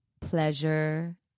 pleasure